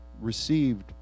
received